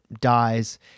dies